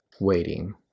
waiting